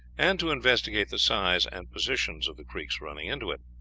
and to investigate the size and positions of the creeks running into it.